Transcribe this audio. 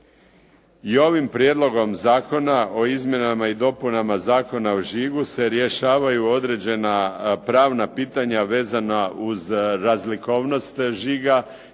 I ovim Prijedlogom zakona o izmjenama i dopunama Zakona o žigu se rješavaju određena pravna pitanja vezana uz razlikovnost žiga